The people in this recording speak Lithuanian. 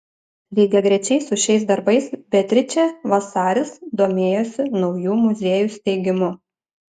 lygiagrečiai su šiais darbais beatričė vasaris domėjosi naujų muziejų steigimu